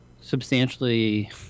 substantially